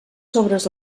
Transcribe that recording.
sobres